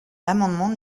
l’amendement